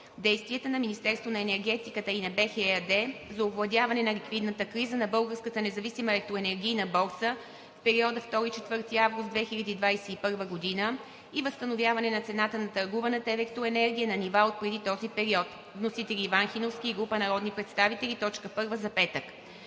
действията на Министерството на енергетиката и на БЕХ ЕАД за овладяване на ликвидната криза на Българската независима електроенергийна борса в периода 2 – 4 август 2021 г. и възстановяване на цената на търгуваната електроенергия на нива от преди този период. Вносители – Иван Хиновски и група народни представители – точка